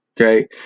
okay